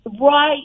right